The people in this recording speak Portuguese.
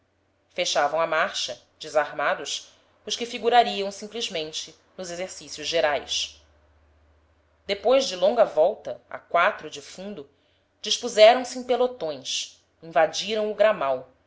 fechavam a marcha desarmados os que figurariam simplesmente nos exercícios gerais depois de longa volta a quatro de fundo dispuseram-se em pelotões invadiram o gramal